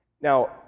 Now